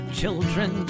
children